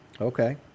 Okay